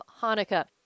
Hanukkah